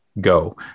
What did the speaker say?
Go